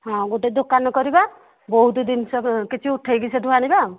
ହଁ ଗୋଟେ ଦୋକାନ କରିବା ବହୁତ ଜିନିଷ କିଛି ଉଠେଇକି ସେଠୁ ଆଣିବା ଆଉ